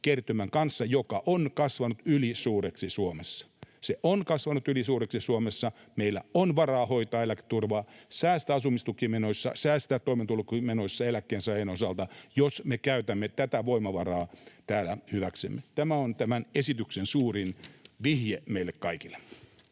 eläkekertymän kanssa, joka on kasvanut ylisuureksi Suomessa. Se on kasvanut ylisuureksi Suomessa. Meillä on varaa hoitaa eläketurvaa, säästää asumistukimenoissa ja säästää toimeentulotukimenoissa eläkkeensaajien osalta, jos me käytämme tätä voimavaraa hyväksemme. Tämä on tämän esityksen suurin vihje meille kaikille.